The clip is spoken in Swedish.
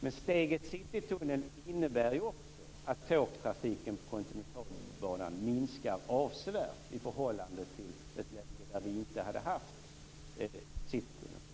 Men ett steg mot Citytunneln innebär också att tågtrafiken på Kontinentalbanan minskar avsevärt i förhållande till ett läge där vi inte hade haft citytunnelprojektet.